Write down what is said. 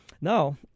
Now